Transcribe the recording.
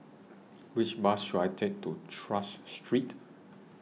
Which Bus should I Take to Tras Street